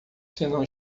senão